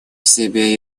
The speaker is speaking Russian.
себе